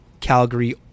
Calgary